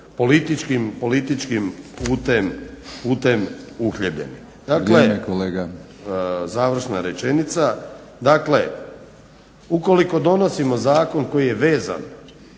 Batinić: Vrijeme kolega./… Dakle, završna rečenica. Dakle, ukoliko donosimo zakon koji je vezan